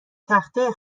تخته